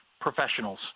professionals